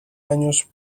años